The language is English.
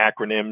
acronyms